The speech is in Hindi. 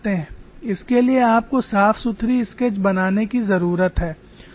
इसके लिए आपको साफ सुथरी स्केच बनाने की जरूरत है